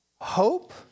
hope